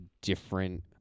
different